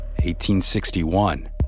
1861